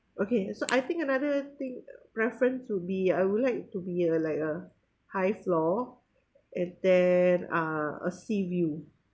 okay so I think another thing preference would be I would like to be a like a high floor and then uh a sea view